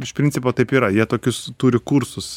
iš principo taip yra jie tokius turi kursus